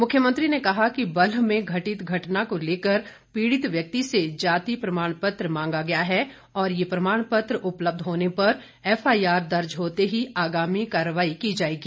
मुख्यमंत्री ने कहा कि बल्ह में घटित घटना को लेकर पीड़ित व्यक्ति से जाति प्रमाण पत्र मांगा गया है और यह प्रमाण पत्र उपलब्ध होने पर एफआईआर दर्ज होते ही आगामी कार्रवाई की जाएगी